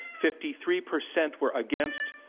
fifty three percent were against,